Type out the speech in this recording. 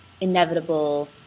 inevitable